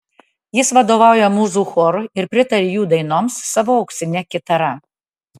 jis vadovauja mūzų chorui ir pritaria jų dainoms savo auksine kitara